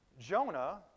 Jonah